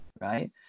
right